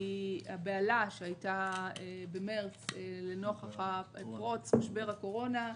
הבהלה שהייתה במרס לנוכח פרוץ משבר הקורונה.